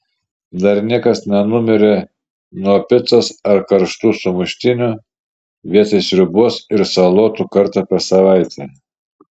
dar niekas nenumirė nuo picos ar karštų sumuštinių vietoj sriubos ir salotų kartą per savaitę